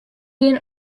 gean